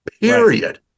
period